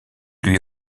lui